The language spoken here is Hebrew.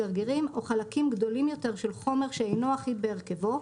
גרגירים או חלקים גדולים יותר של חומר שאינו אחיד בהרכבו,